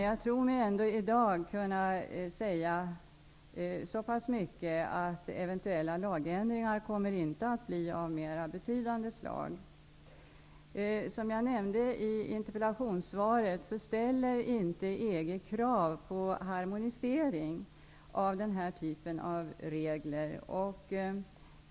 Jag tror mig ändå i dag kunna säga så pass mycket som att eventuella lagändringar inte kommer att vara av mera betydande slag. Som jag nämnde i interpellationssvaret ställer inte EG krav på en harmonisering av den här typen av regler.